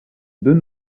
deux